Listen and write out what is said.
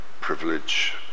privilege